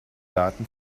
daten